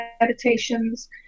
meditations